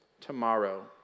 tomorrow